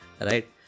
Right